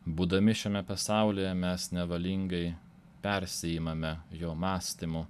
būdami šiame pasaulyje mes nevalingai persiimame jo mąstymu